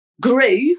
grew